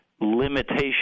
limitation